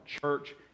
church